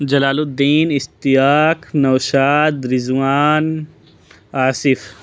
Jalal Uddin Ishtiaq Naushad Rizwan Asif